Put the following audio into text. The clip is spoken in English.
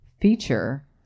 feature